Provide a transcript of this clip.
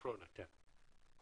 קורונה, כן.